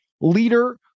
leader